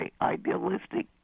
idealistic